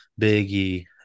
Biggie